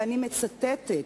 ואני מצטטת,